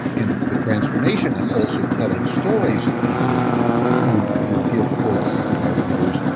in the transformation i'm also telling stories of people who will give hope to my readers.